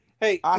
Hey